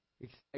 Exciting